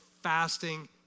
fasting